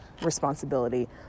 responsibility